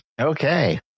Okay